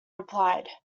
replied